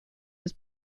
was